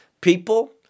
people